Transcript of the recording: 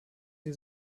die